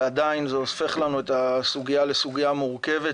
ועדיין זה הופך לנו את הסוגיה לסוגיה מורכבת